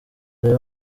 urebe